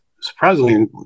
surprisingly